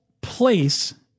place